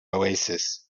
oasis